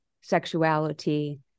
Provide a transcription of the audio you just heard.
sexuality